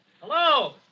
Hello